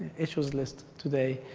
issues list today.